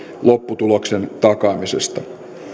lopputuloksen takaamisesta